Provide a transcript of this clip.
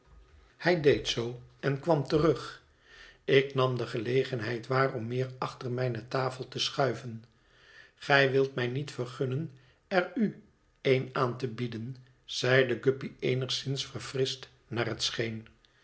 hij deed zoo en kwam terug ik nam de gelegenheid waar om meer achter mijne tafel te schuiven gij wilt mij niet vergunnen er u een aan te bieden zeide guppy eenigszins verfrischt naar het scheen